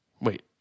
Wait